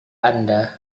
anda